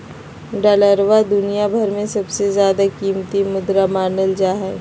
डालरवा दुनिया भर में सबसे ज्यादा कीमती मुद्रा मानल जाहई